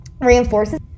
reinforces